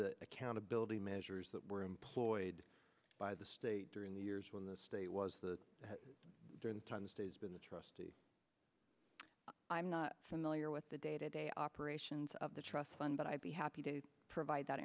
the accountability measures that were employed by the state during the years when the state was that during the time the state's been a trustee i'm not familiar with the day to day operations of the trust fund but i i'd be happy to provide that